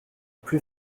plus